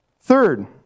Third